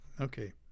Okay